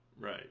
Right